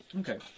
Okay